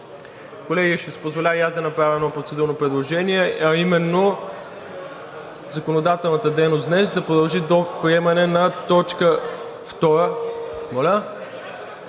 Колеги, ще си позволя да направя процедурно предложение, а именно законодателната дейност днес да продължи до приемане на точка